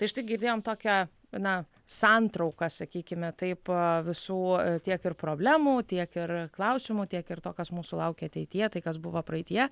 tai štai girdėjom tokią na santrauką sakykime taip visų tiek ir problemų tiek ir klausimų tiek ir to kas mūsų laukia ateityje tai kas buvo praeityje